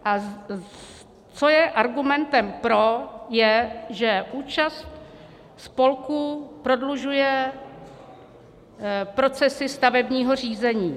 A co je argumentem pro, je, že účast spolků prodlužuje procesy stavebního řízení.